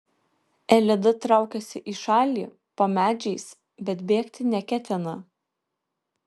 elida traukiasi į šalį po medžiais bet bėgti neketina